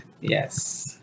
Yes